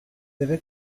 deve